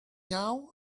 now